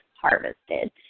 harvested